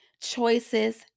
choices